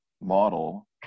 model